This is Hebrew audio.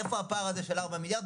איפה הפער הזה של ארבעה מיליארד,